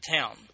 town